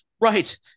Right